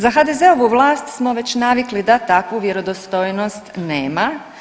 Za HDZ-ovu vlast smo već navikli da takvu vjerodostojnost nema.